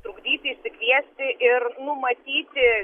trukdyti išsikviesti ir numatyti